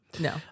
no